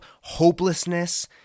hopelessness